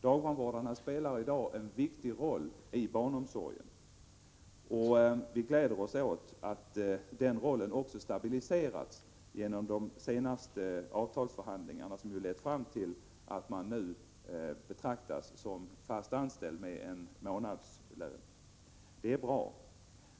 Dagbarnvårdarna spelar i dag en viktig roll inom barnomsorgen. Vi gläder oss åt att den rollen stabiliserats genom de senaste avtalsförhandlingarna, som lett fram till att man nu betraktas som fast anställd med en månadslön. Detta är bra.